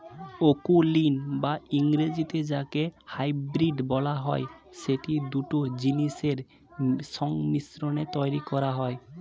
অকুলীন বা ইংরেজিতে যাকে হাইব্রিড বলা হয়, সেটি দুটো জিনিসের সংমিশ্রণে তৈরী করা হয়